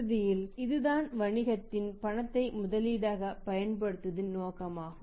இறுதியாக இதுதான் வணிகத்தில் பணத்தை முதலீடாக பயன்படுத்துவதின் நோக்கமாகும்